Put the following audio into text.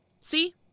See